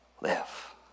live